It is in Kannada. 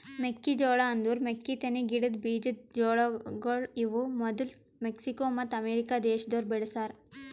ಮೆಕ್ಕಿ ಜೋಳ ಅಂದುರ್ ಮೆಕ್ಕಿತೆನಿ ಗಿಡದ್ ಬೀಜದ್ ಜೋಳಗೊಳ್ ಇವು ಮದುಲ್ ಮೆಕ್ಸಿಕೋ ಮತ್ತ ಅಮೇರಿಕ ದೇಶದೋರ್ ಬೆಳಿಸ್ಯಾ ರ